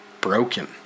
broken